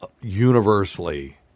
universally